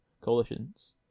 coalitions